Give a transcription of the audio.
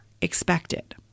expected